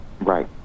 right